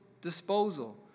disposal